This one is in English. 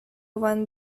one